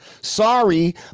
Sorry